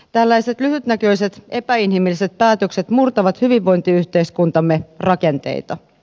tällaiset lyhytnäköiset epäinhimilliset päätökset murtavat hyvinvointiyhteiskuntamme rakenteita